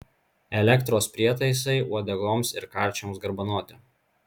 elektros prietaisai uodegoms ir karčiams garbanoti